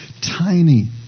tiny